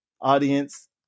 audience